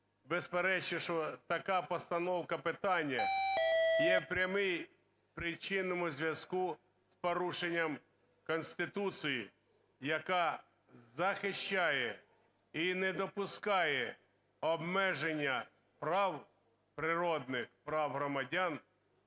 Безперечно, що така постановка питання є прямий... в причинному зв'язку з порушенням Конституції, яка захищає і не допускає обмеження прав, природних прав громадян